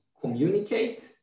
communicate